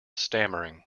stammering